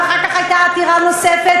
ואחר כך הייתה עתירה נוספת,